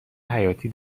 حیاتی